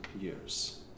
years